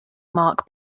mark